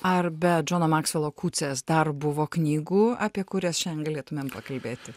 ar be džono maksvelo kucias dar buvo knygų apie kurias šian galėtumėm pakalbėti